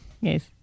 Yes